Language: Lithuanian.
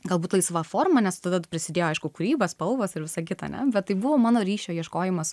galbūt laisva forma nes tada prasidėjo aišku kūryba spalvos ir visa kita ane bet tai buvo mano ryšio ieškojimas